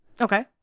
Okay